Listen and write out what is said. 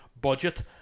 budget